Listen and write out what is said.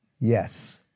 Yes